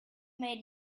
made